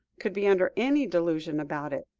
could be under any delusion about it.